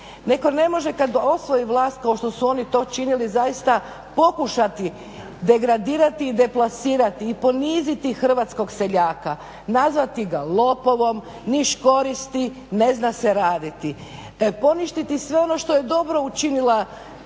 Nego ne može kada osvoji vlast kao što su oni to činili zaista pokušati degradirati i deplasirati i poniziti hrvatskog seljaka, nazvati ga lopovom, niš koristi, ne zna se raditi. Poništiti sve ono što je dobro učinila bivša